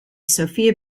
sophia